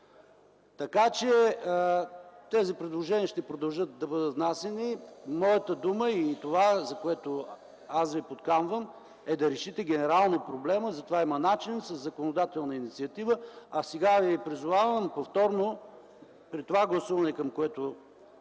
ясна. Тези предложения ще продължат да бъдат внасяни. Моята дума или това, за което аз ви подканвам, е да решите генерално проблема и за това има начин – със законодателна инициатива, а сега ви призовавам повторно при това гласуване, по което